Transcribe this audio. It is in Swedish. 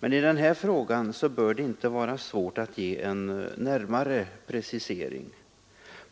men i den här frågan bör det inte vara svårt att ge en närmare precisering.